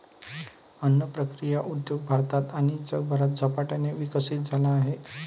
अन्न प्रक्रिया उद्योग भारतात आणि जगभरात झपाट्याने विकसित झाला आहे